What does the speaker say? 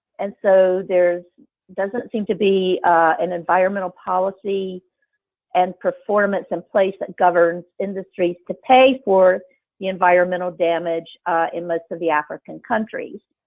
and so there doesn't seem to be an environmental policy and performance in place that governs industries to pay for the environmental damage in most of the african countries.